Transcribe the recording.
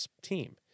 team